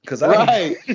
Right